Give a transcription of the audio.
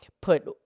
put